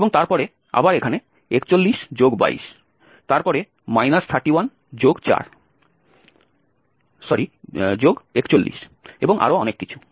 এবং তারপরে আবার এখানে 4122 তারপরে 3141 এবং আরও অনেক কিছু